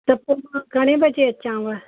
त पोइ मां घणे वजे अचांव